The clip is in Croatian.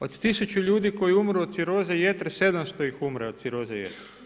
Od 1000 ljudi koji umru od ciroze jetre, 700 ih umre od ciroze jetre.